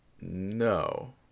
no